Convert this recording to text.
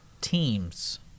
teams